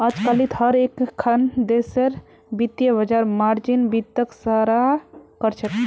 अजकालित हर एकखन देशेर वित्तीय बाजार मार्जिन वित्तक सराहा कर छेक